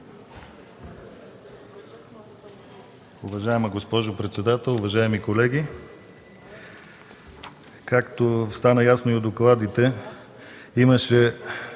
Уважаема госпожо председател, уважаеми колеги! Както стана ясно от докладите имаше